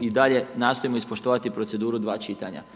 i dalje nastojimo ispoštovati proceduru dva čitanja.